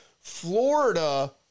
Florida